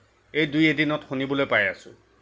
এই দুই এদিনত শুনিবলৈ পাই আছোঁ